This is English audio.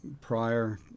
prior